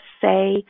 say